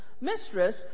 mistress